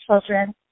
children